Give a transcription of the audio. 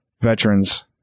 veterans